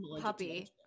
puppy